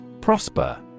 Prosper